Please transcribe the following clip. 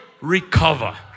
recover